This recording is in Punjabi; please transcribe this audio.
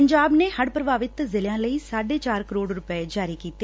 ਪੰਜਾਬ ਨੇ ਹੜ੍ ਪ੍ਰਭਾਵਿਤ ਜ਼ਿਲ੍ਹਿਆਂ ਲਈ ਸਾਢੇ ਚਾਰ ਕਰੋੜ ਰੁਪੈ ਜਾਰੀ ਕੀਤੇ